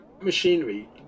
machinery